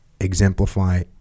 exemplify